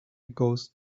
ghost